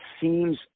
seems